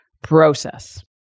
process